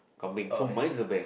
coming to mine